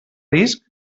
risc